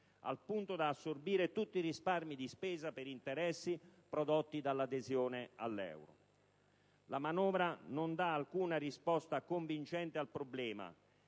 al punto da assorbire tutti i risparmi di spesa per interessi prodotti dall'adesione all'euro. La manovra non dà alcuna risposta convincente al problema